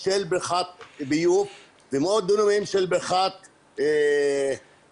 של בריכת ביוב ומאות דונמים של בריכת דמים.